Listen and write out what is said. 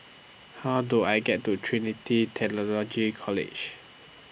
How Do I get to Trinity Theological College